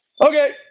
Okay